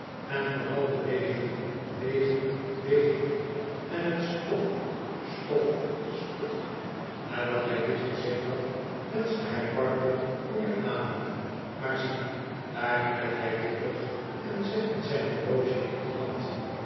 en van al de wegen wegen wegen en t stof stof stoft nadat hij dit gezegd had wenschte hij parkle goeien avond maar zie daar keert hij terug en zegt met zijn horloge in de hand